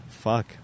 fuck